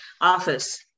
office